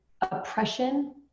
oppression